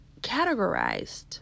categorized